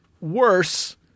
worse